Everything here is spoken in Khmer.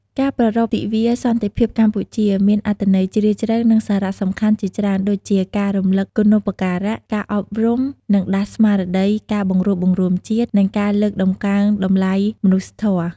ការប្រារព្ធទិវាសន្តិភាពកម្ពុជាមានអត្ថន័យជ្រាលជ្រៅ និងសារៈសំខាន់ជាច្រើនដូចជា ការរំលឹកគុណូបការ ការអប់រំ និងដាស់ស្មារតី ការបង្រួបបង្រួមជាតិ និងការលើកតម្កើងតម្លៃមនុស្សធម៌។